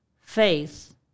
faith